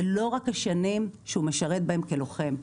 זה לא רק השנים שהוא משרת בהן כלוחם.